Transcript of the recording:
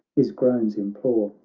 his groans implore,